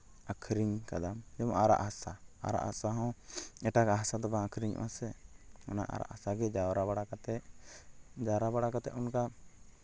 ᱟᱹᱠᱷᱨᱤᱧ ᱠᱟᱫᱟᱢ ᱡᱮᱢᱚᱱ ᱟᱨᱟᱜ ᱦᱟᱥᱟ ᱟᱨᱟᱜ ᱦᱟᱥᱟ ᱦᱚᱸ ᱮᱴᱟᱜᱟᱜ ᱦᱟᱥᱟ ᱫᱚ ᱵᱟᱝ ᱟᱹᱠᱷᱨᱤᱧᱚᱜᱼᱟ ᱥᱮ ᱚᱱᱟ ᱟᱨᱟᱜ ᱦᱟᱥᱟᱜᱮ ᱡᱟᱣᱨᱟ ᱵᱟᱲᱟ ᱠᱟᱛᱮᱫ ᱡᱟᱣᱨᱟ ᱵᱟᱲᱟ ᱠᱟᱛᱮᱫ ᱚᱱᱠᱟ